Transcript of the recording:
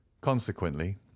consequently